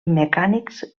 mecànics